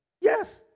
Yes